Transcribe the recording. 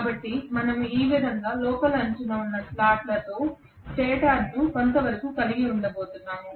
కాబట్టి మనము ఈ విధంగా లోపలి అంచున ఉన్న స్లాట్లతో స్టేటర్ను కొంతవరకు కలిగి ఉండబోతున్నాము